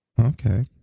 Okay